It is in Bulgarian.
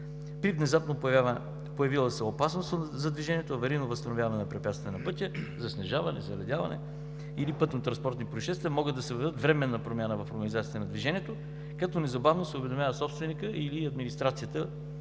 При внезапно появила се опасност за движението, аварийно възстановяване на препятствия на пътя – заснежаване, заледяване или пътнотранспортни произшествия, може да се въведе временна промяна в организацията на движението, като незабавно се уведомява собственикът или администрацията,